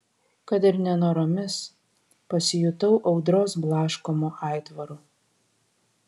kad ir nenoromis pasijutau audros blaškomu aitvaru